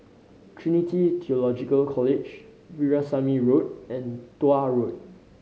Trinity Theological College Veerasamy Road and Tuah Road